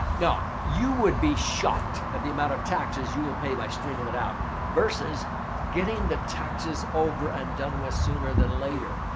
you know you would be shocked at the amount of taxes you will pay by stringing it it out versus getting the taxes over and done with sooner than later.